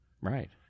Right